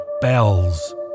Bells